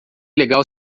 legal